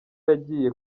yagiye